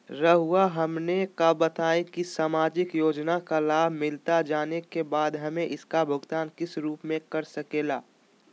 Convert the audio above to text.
रहुआ हमने का बताएं की समाजिक योजना का लाभ मिलता जाने के बाद हमें इसका भुगतान किस रूप में कर सके ला?